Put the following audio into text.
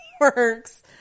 works